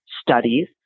Studies